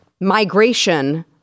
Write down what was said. migration